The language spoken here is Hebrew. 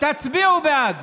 תצביעו בעד.